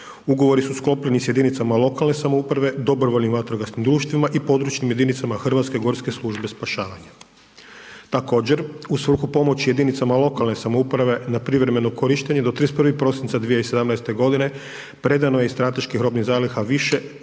Ugovori su sklopljeni s jedinicama lokalne samouprave, DVD-ima i područnim jedinicama HGSS-a. Također, u svrhu pomoći jedinicama lokalne samouprave, na privremeno korištenje do 31. prosinca 2017. g. predano je iz strateških robnih zaliha više